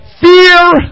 fear